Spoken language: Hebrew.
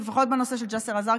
לפחות בנושא של ג'יסר א-זרקא,